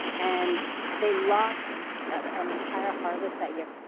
and they lost yeah an entire harvest that year.